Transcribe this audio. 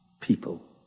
people